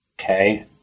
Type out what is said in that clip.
Okay